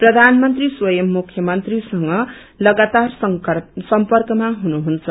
प्रधानमन्त्री स्वंयम मुख्यमन्त्रीसँग लगातार संर्मकमा हुनुहुन्छ